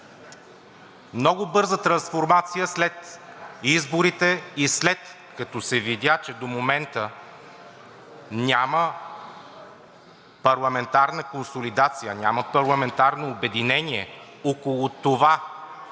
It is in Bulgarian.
Много бърза трансформация след изборите, след като се видя, че до момента няма парламентарна консолидация, няма парламентарно обединение около това